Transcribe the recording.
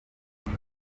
mali